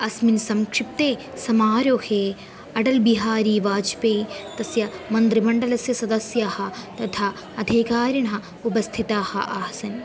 अस्मिन् संक्षिप्ते समारोहे अटल्बिहारीवाजपेयी तस्य मन्त्रीमण्डलस्य सदस्यः तथा अधिकारिणः उपस्थिताः आसन्